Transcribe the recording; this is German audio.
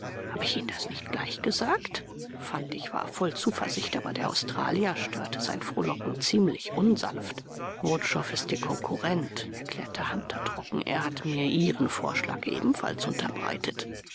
habe ich ihnen das nicht gleich gesagt fantig war voll zuversicht aber der australier störte sein frohlocken ziemlich unsanft wutschow ist ihr konkurrent erklärte hunter trocken er hat mir ihren vorschlag ebenfalls unterbreitet